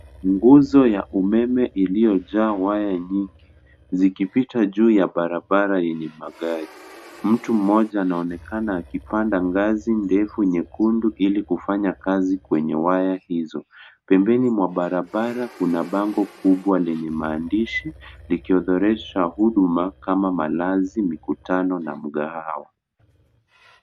Nguzo ya umeme uliojaa waya nyingi zikipita juu ya barabara enye magari. Mtu moja anaonekana akipanda ngazi ndefu nyekundu ili kufanya kazi kwenye nyanya hizo pembeni mwa barabara kuna bango kubwa lenye maandishi likiorodhesha huduma kama malazi , mkutano na makahawa.